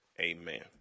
amen